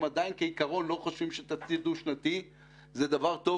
עדיין לא חושבים שתקציב דו-שנתי זה דבר טוב,